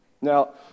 Now